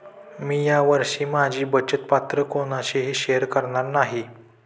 मी या वर्षी माझी बचत पत्र कोणाशीही शेअर करणार नाही